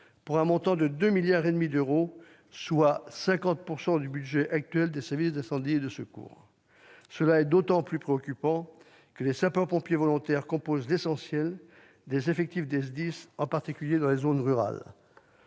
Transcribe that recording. pour un montant de 2,5 milliards d'euros, soit 50 % du budget actuel des services d'incendie et de secours. C'est d'autant plus préoccupant que les sapeurs-pompiers volontaires composent l'essentiel des effectifs des SDIS, en particulier dans les zones rurales.